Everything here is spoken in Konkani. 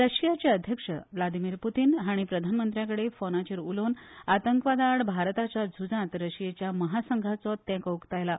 रशियेचे अध्यक्ष व्लादीमीर प्रतीन हांणी प्रधानमंत्र्या कडेन फोनाचेर उलोवन आतंकवादा आड भारताच्या झुजांत रशियेच्या महासंघाचो तेंको उकतायला